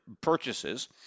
purchases